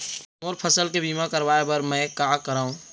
मोर फसल के बीमा करवाये बर में का करंव?